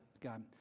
God